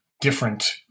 different